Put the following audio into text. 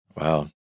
Wow